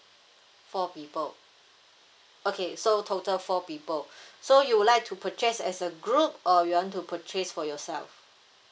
four people okay so total four people so you would like to purchase as a group or you want to purchase for yourself